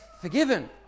forgiven